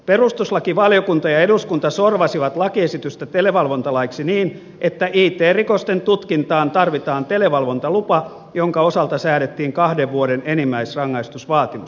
perustuslakivaliokunta ja eduskunta sorvasivat lakiesitystä televalvontalaiksi niin että it rikosten tutkintaan tarvitaan televalvontalupa jonka osalta säädettiin kahden vuoden enimmäisrangaistusvaatimus